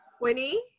Winnie